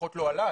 לפחות לא עליי.